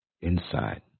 inside